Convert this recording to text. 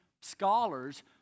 scholars